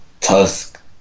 Tusk